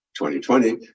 2020